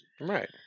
right